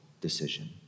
decision